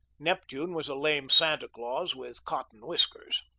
neptune was a lame santa claus with cotton whiskers.